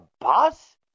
boss